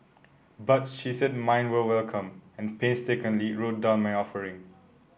but she said mine were welcome and painstakingly wrote down my offering